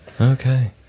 Okay